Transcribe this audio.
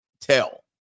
tell